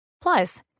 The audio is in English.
Plus